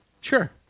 Sure